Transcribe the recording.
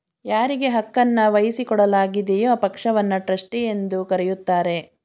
ಯಾರಿಗೆ ಹಕ್ಕುನ್ನ ವಹಿಸಿಕೊಡಲಾಗಿದೆಯೋ ಪಕ್ಷವನ್ನ ಟ್ರಸ್ಟಿ ಎಂದು ಕರೆಯುತ್ತಾರೆ